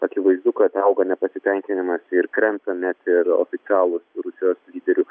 akivaizdu kad auga nepasitenkinimas ir krenta net ir oficialūs rusijos lyderių